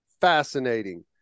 fascinating